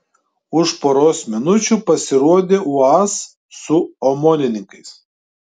už poros minučių pasirodė uaz su omonininkais